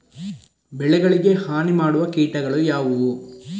ಬೆಳೆಗಳಿಗೆ ಹಾನಿ ಮಾಡುವ ಕೀಟಗಳು ಯಾವುವು?